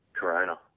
corona